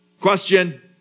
Question